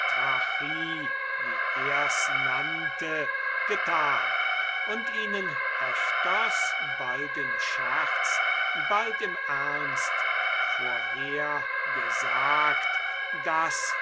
nannte getan und ihnen öfters bald im scherz bald im ernst vorhergesagt daß